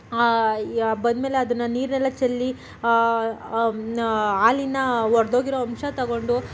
ಬಂದಮೇಲೆ ಅದನ್ನು ನೀರನ್ನೆಲ್ಲ ಚೆಲ್ಲಿ ಹಾಲಿನಾ ಒಡೆದ್ಹೋಗಿರೊ ಅಂಶ ತಗೊಂಡು